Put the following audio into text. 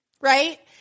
right